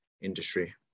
industry